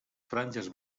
franges